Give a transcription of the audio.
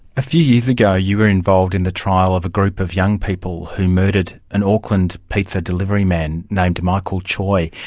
a few years ago you were involved in the trial of a group of young people who murdered an auckland pizza delivery man named michael choy.